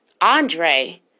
Andre